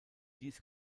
dies